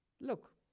Look